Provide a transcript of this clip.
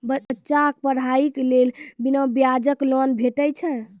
बच्चाक पढ़ाईक लेल बिना ब्याजक लोन भेटै छै?